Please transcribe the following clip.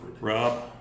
Rob